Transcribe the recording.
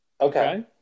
Okay